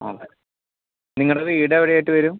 ഒക്കെ നിങ്ങളുടെ വീട് എവിടെയായിട്ട് വരും